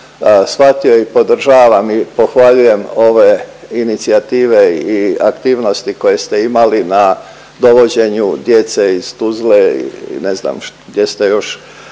shvatio i podržavam i pohvaljujem ove inicijative i aktivnosti koje ste imali na dovođenju djece iz Tuzle i ne znam gdje ste još